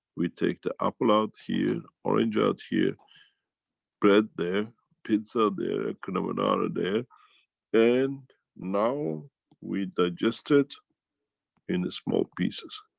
we take the apple out here, orange out here bread there, pizza there, kind of and carbonara ah there and now we digest it in a small pieces.